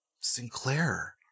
Sinclair